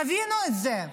תבינו את זה,